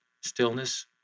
stillness